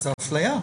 זאת אפליה.